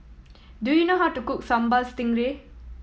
do you know how to cook Sambal Stingray